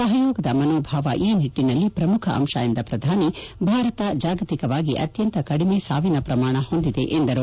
ಸಹಯೋಗದ ಮನೋಭಾವ ಈ ನಿಟ್ಟನಲ್ಲಿ ವನ್ನು ಪ್ರಮುಖ ಅಂಶ ಎಂದ ಪ್ರಧಾನಿ ಭಾರತವು ಜಾಗತಿಕವಾಗಿ ಅತ್ಯಂತ ಕಡಿಮೆ ಸಾವಿನ ಪ್ರಮಾಣ ಹೊಂದಿದೆ ಎಂದರು